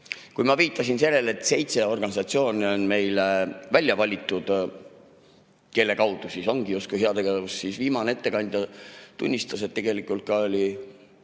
Ma viitasin sellele, et seitse organisatsiooni on meil välja valitud, kelle kaudu siis [käibki] justkui heategevus. Aga viimane ettekandja tunnistas, et tegelikult oli